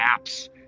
apps